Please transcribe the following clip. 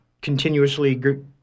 continuously